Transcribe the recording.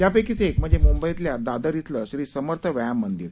यापैकीच एक म्हणजे मुंबईतल्या दादर इथलं श्री समर्थ व्यायाम मंदिर